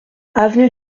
avenue